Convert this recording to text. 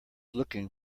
looking